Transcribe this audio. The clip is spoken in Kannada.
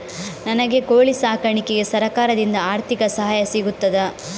ನನಗೆ ಕೋಳಿ ಸಾಕಾಣಿಕೆಗೆ ಸರಕಾರದಿಂದ ಆರ್ಥಿಕ ಸಹಾಯ ಸಿಗುತ್ತದಾ?